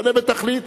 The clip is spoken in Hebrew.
שונה בתכלית.